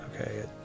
okay